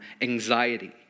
anxiety